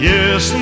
Yes